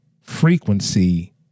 frequency